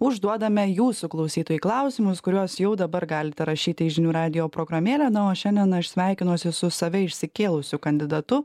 užduodame jūsų klausytojų klausimus kuriuos jau dabar galite rašyti į žinių radijo programėlę na o šiandien aš sveikinuosi su save išsikėlusiu kandidatu